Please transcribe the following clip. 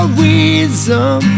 reason